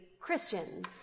Christians